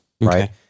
right